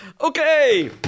okay